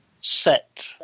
set